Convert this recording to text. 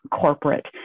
corporate